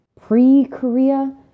pre-Korea